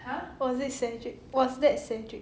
was it cedric was that cedric